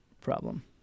problem